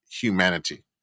humanity